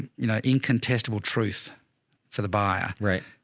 you know, incontestable truth for the buyer, right?